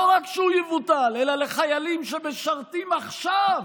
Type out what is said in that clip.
לא רק שהוא יבוטל, אלא לחיילים שמשרתים עכשיו